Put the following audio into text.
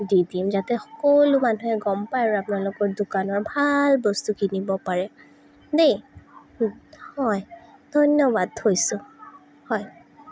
দি দিম যাতে সকলো মানুহে গম পায় আৰু আপোনালোকৰ দোকানৰ ভাল বস্তু কিনিব পাৰে দেই হয় ধন্যবাদ থৈছোঁ হয়